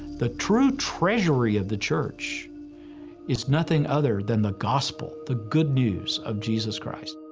the true treasury of the church is nothing other than the gospel, the good news of jesus christ.